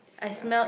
I smelled